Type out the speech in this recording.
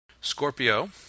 Scorpio